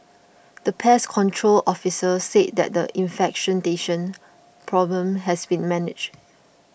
the pest control officer said that the infestation problem has been managed